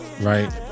Right